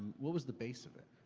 what was the base of it?